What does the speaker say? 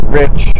rich